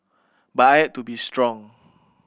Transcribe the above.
but I had to be strong